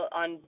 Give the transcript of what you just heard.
on